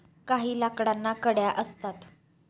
काही लाकडांना कड्या असतात